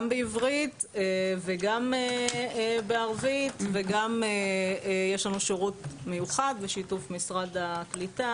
גם בעברית וגם בערבית וגם יש לנו שירות מיוחד בשיתוף משרד הקליטה,